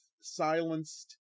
silenced